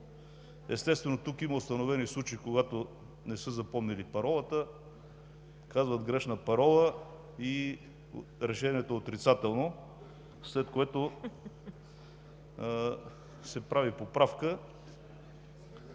Естествено, тук има установени случаи, когато не са запомнили паролата, казват грешна парола и решението е отрицателно, след което се прави поправка